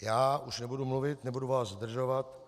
Já už nebudu mluvit, nebudu vás zdržovat.